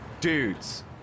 dudes